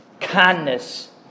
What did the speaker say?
Kindness